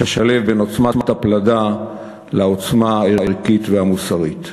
לשלב בין עוצמת הפלדה לעוצמה הערכית והמוסרית.